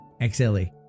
XLE